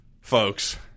folks